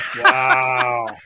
Wow